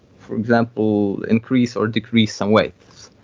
for example, increase or decrease some weights.